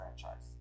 franchise